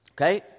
Okay